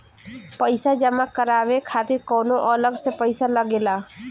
पईसा जमा करवाये खातिर कौनो अलग से पईसा लगेला?